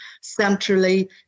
centrally